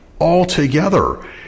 altogether